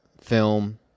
film